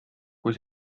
kui